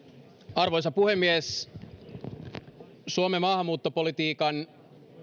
arvoisa puhemies suomen maahanmuuttopolitiikan